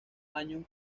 años